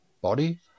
body